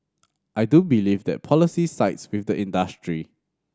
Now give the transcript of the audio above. I do believe that policy sides with the industry